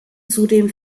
zudem